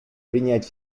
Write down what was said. принять